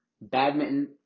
badminton